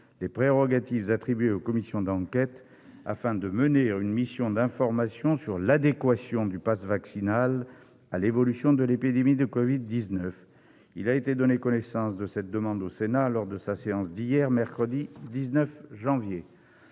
les prérogatives attribuées aux commissions d'enquête afin de mener une mission d'information sur l'adéquation du passe vaccinal à l'évolution de l'épidémie de covid-19. Il a été donné connaissance de cette demande au Sénat lors de sa séance d'hier, mercredi 19 janvier.